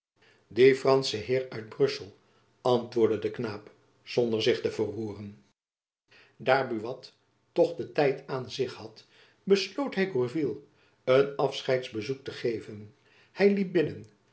die fransche heir uit brussel antwoordde de knaap zonder zich te verroeren daar buat toch den tijd aan zich had besloot hy gourville een afscheidsbezoek te geven hy liep binnen